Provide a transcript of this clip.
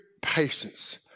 patience